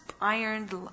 ironed